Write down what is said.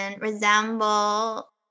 resemble